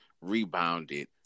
rebounded